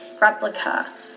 replica